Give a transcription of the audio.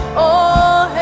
o